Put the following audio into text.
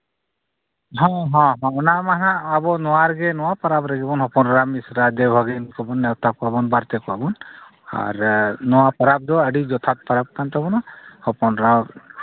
ᱦᱮᱸ ᱦᱮᱸ ᱚᱱᱟᱢᱟ ᱦᱟᱸᱜ ᱟᱵᱚ ᱱᱚᱣᱟ ᱨᱮᱜᱮ ᱱᱚᱣᱟ ᱯᱚᱨᱚᱵᱽ ᱨᱮᱜᱮ ᱵᱚᱱ ᱦᱚᱯᱚᱱ ᱮᱨᱟᱛ ᱢᱤᱥᱨᱟ ᱫᱮᱣᱼᱵᱷᱟᱹᱜᱤᱱ ᱠᱚᱵᱚᱱ ᱱᱮᱶᱛᱟ ᱠᱚᱣᱟᱵᱚᱱ ᱵᱟᱨᱛᱮ ᱠᱚᱣᱟᱵᱚᱱ ᱟᱨ ᱱᱚᱣᱟ ᱯᱚᱨᱚᱵᱽ ᱫᱚ ᱟᱹᱰᱤ ᱡᱚᱛᱷᱟᱛ ᱯᱚᱨᱚᱵᱽ ᱠᱟᱱ ᱛᱟᱵᱚᱱᱟ ᱦᱚᱯᱚᱱ ᱮᱨᱟ